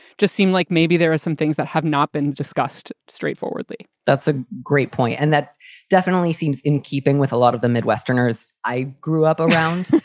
just seemed like maybe there are some things that have not been discussed straightforwardly that's a great point. and that definitely seems in keeping with a lot of the midwesterner as i grew up around,